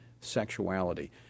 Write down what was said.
Sexuality